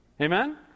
Amen